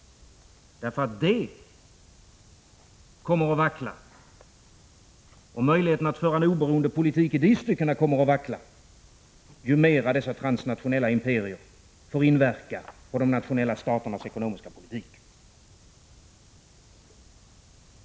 Allt detta kommer nämligen att vackla, och möjligheterna att föra en oberoende politik i dessa stycken kommer också att vackla, ju mera dessa transnationella imperier får inverka på de nationella staternas ekonomiska politik.